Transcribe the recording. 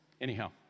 Anyhow